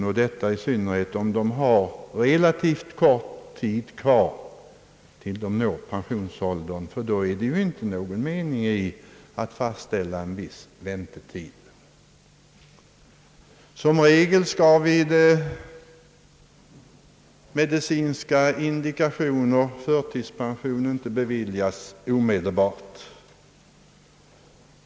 Detta gäller i synnerhet om de har relativt kort tid kvar till dess de når pensionsåldern. Under sådana förhållanden är det ju ingen mening med att fastställa en viss väntetid. Som regel skall vid medicinska indikationer förtidspension inte beviljas omedelbart.